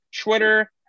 Twitter